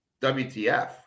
WTF